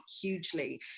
hugely